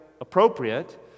appropriate